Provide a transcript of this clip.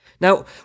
Now